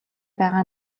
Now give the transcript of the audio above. байгаа